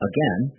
Again